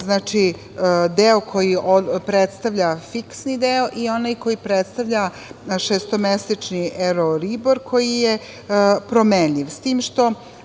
stope deo koji predstavlja fiksni deo i onaj koji predstavlja šestomesečni euribor koji je promenljiv. Mi